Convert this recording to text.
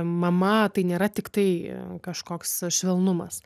mama tai nėra tiktai kažkoks švelnumas